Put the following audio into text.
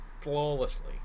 flawlessly